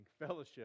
fellowship